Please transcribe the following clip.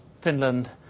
Finland